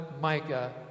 Micah